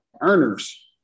earners